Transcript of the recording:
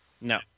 No